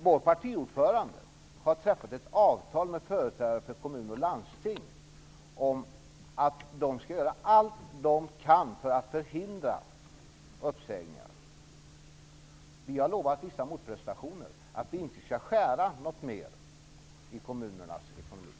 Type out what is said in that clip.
Vår partiordförande har träffat ett avtal med företrädare för kommuner och landsting om att de skall göra allt de kan för att förhindra uppsägningar. Vi har lovat vissa motprestationer: att vi inte skall skära något mer i kommunernas ekonomi.